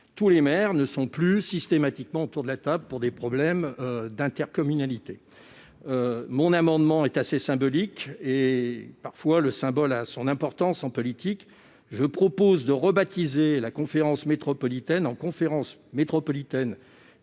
tous les maires ne sont plus systématiquement « autour de la table » pour régler les problèmes d'intercommunalité. Mon amendement est assez symbolique, mais le symbole a parfois son importance en politique. Je propose de rebaptiser la conférence métropolitaine en « conférence métropolitaine